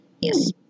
Yes